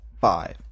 five